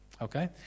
Okay